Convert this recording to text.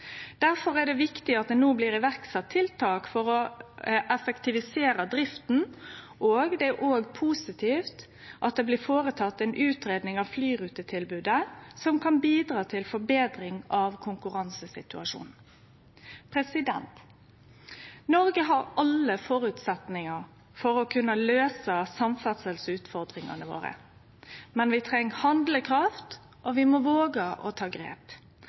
Derfor er det viktig at det no blir sett i verk tiltak for å effektivisere drifta, og det er òg positivt at det blir gjennomført ei utgreiing av flyrutetilbodet som kan bidra til forbetring av konkurransesituasjonen. Noreg har alle føresetnader for å kunne løyse samferdselsutfordringane våre. Men vi treng handlekraft, og vi må våge å ta grep.